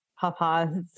Papa